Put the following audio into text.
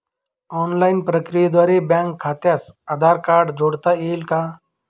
Online प्रक्रियेद्वारे bank खात्यास Aadhaar card जोडता येईल का?